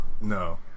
No